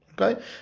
Okay